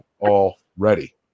already